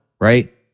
right